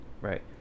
right